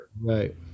Right